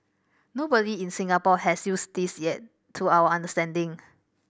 nobody in Singapore has used this yet to our understanding